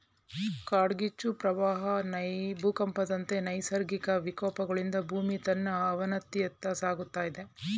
ಕಾಡ್ಗಿಚ್ಚು, ಪ್ರವಾಹ ಭೂಕಂಪದಂತ ನೈಸರ್ಗಿಕ ವಿಕೋಪಗಳಿಂದ ಭೂಮಿ ತನ್ನ ಅವನತಿಯತ್ತ ಸಾಗುತ್ತಿದೆ